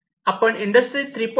आपण इंडस्ट्री 3